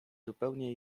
zupełnie